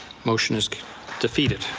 motion is defeated.